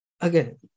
again